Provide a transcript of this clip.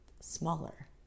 smaller